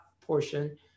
portion